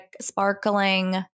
sparkling